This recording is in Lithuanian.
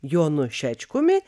jonu šečkumi